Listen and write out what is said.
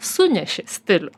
sunešė stilių